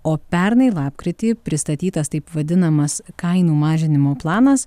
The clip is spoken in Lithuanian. o pernai lapkritį pristatytas taip vadinamas kainų mažinimo planas